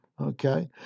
Okay